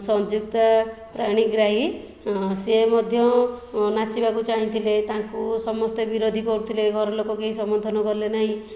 ସଂଯୁକ୍ତା ପାଣିଗ୍ରାହୀ ସେ ମଧ୍ୟ ନାଚିବାକୁ ଚାହିଁଥିଲେ ତାଙ୍କୁ ସମସ୍ତେ ବିରୋଧ କରୁଥିଲେ ଘର ଲୋକ କେହି ସମର୍ଥନ କଲେ ନାହିଁ